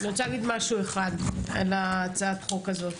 אני רוצה להגיד משהו אחד על הצעת החוק הזאת.